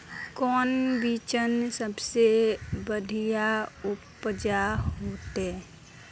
कौन बिचन सबसे बढ़िया उपज होते?